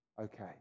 Okay